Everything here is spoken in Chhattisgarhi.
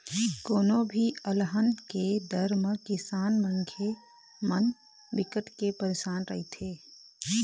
कोनो भी अलहन के डर म किसान मनखे मन बिकट के परसान रहिथे